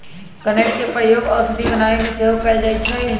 कनइल के प्रयोग औषधि बनाबे में सेहो कएल जाइ छइ